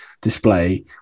display